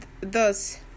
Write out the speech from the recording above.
Thus